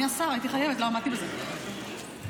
אני מספר כבר חצי שעה.